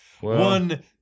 One